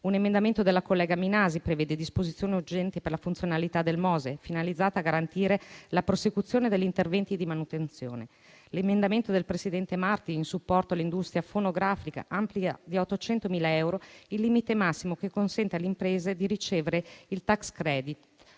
Un emendamento della collega Minasi prevede disposizioni urgenti per la funzionalità del MOSE, finalizzate a garantire la prosecuzione degli interventi di manutenzione. L'emendamento del presidente Marti a supporto dell'industria fonografica amplia di 800.000 euro il limite massimo che consente alle imprese di ricevere il *tax credit*